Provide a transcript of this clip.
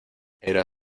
era